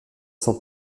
cent